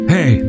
Hey